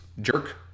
jerk